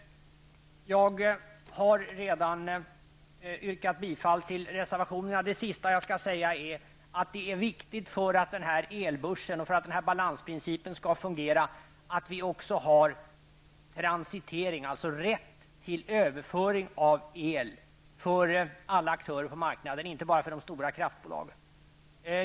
Jag har redan yrkar bifall till reservationerna. Det sista jag skall säga är att det är viktigt för att den här elbörsen och balansprincipen skall fungera att vi också har transitering, alltså rätt till överföring av el för alla aktörer på marknaden, inte bara för de stora kraftbolagen.